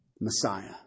Messiah